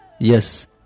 Yes